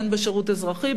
בין בשירות אזרחי,